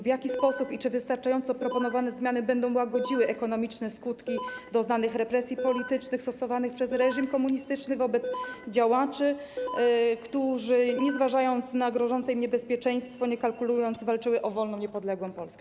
W jaki sposób i czy wystarczająco proponowane zmiany będą łagodziły ekonomiczne skutki doznanych represji politycznych stosowanych przez reżim komunistyczny wobec działaczy, którzy nie zważając na grożące im niebezpieczeństwo, nie kalkulując, walczyli o wolną, niepodległą Polskę?